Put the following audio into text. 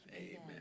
Amen